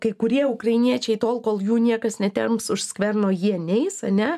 kai kurie ukrainiečiai tol kol jų niekas netemps už skverno jie neis ane